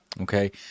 okay